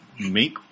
make